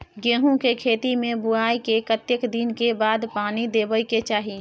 गेहूँ के खेती मे बुआई के कतेक दिन के बाद पानी देबै के चाही?